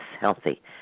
healthy